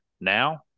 now